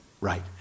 Right